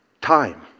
time